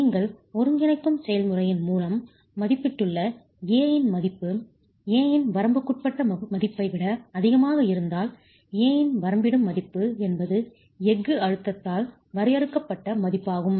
நீங்கள் ஒருங்கிணைக்கும் செயல்முறையின் மூலம் மதிப்பிட்டுள்ள a இன் மதிப்பு a இன் வரம்புக்குட்பட்ட மதிப்பை விட அதிகமாக இருந்தால் a இன் வரம்பிடும் மதிப்பு என்பது எஃகு அழுத்தத்தால் வரையறுக்கப்பட்ட மதிப்பாகும்